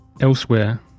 Elsewhere